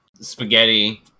spaghetti